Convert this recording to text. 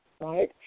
right